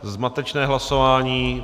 Zmatečné hlasování.